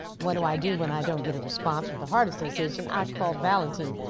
what do i do when i don't get a response from the heart association? i called valentin.